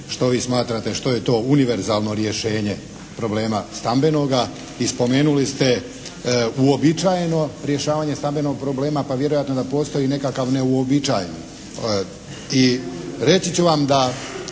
što vi smatrate što je to univerzalno rješenje problema stambenoga? I spomenuli ste uobičajeno rješavanje stambenog problema, pa vjerojatno da postoji nekakav ne uobičajni.